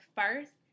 first